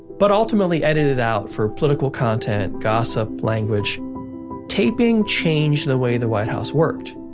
but ultimately edited out for political content, gossip, language taping changed the way the white house worked.